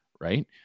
Right